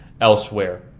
elsewhere